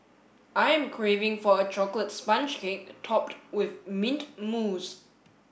I am craving for a chocolate sponge cake topped with mint mousse